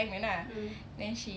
mm